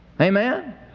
Amen